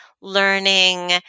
learning